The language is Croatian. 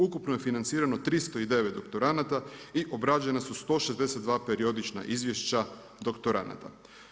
Ukupno je financirano 309 doktoranata i obrađena su 162 periodična izvješća doktoranata.